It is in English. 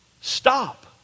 stop